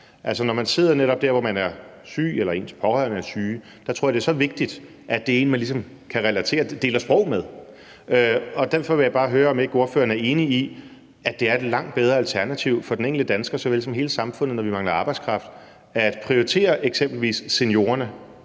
Altså, når man sidder der, hvor man netop er syg eller ens pårørende er syge, tror jeg at det er så vigtigt, at det er en, man deler sprog med. Derfor vil jeg bare høre, om ikke ordføreren er enig i, at det er et langt bedre alternativ for den enkelte dansker såvel som for hele samfundet, når vi mangler arbejdskraft, at prioritere eksempelvis seniorerne